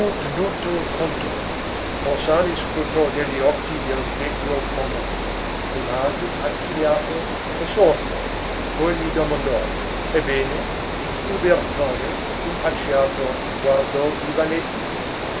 conto l'orsani scrutò negli occhi del vecchio commesso rimase accigliato assorto poi gli domandò ebbene il bertone impacciato guardò il vannetti